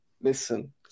listen